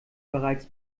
bereits